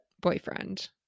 boyfriend